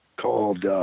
called –